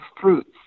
fruits